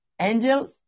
angel